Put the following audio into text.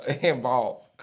involved